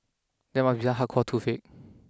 that must be some hardcore toothache